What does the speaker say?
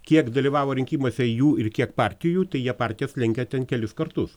kiek dalyvavo rinkimuose jų ir kiek partijų tai jie partijas lenkia ten kelis kartus